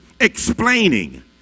explaining